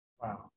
Wow